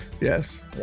yes